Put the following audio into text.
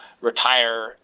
retire